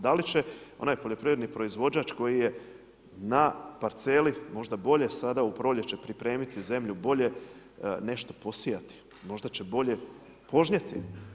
Da li će onaj poljoprivredni proizvođač koji je na parceli, možda bolje sada u proljeće pripremi zemlju, bolje nešto posijati, možda će bolje požnjeti.